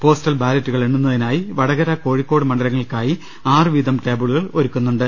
postal ബാലറ്റുകൾ എണ്ണുന്നതിനായി വടകര കോഴിക്കോട് മണ്ഡലങ്ങൾക്കായി ആറ് വീതം ടേബിളുകൾ ഒരുക്കുന്നുണ്ട്